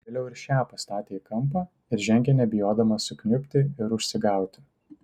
vėliau ir šią pastatė į kampą ir žengė nebijodama sukniubti ir užsigauti